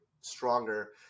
stronger